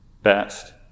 best